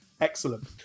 Excellent